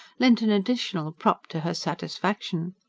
lent an additional prop to her satisfaction.